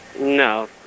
No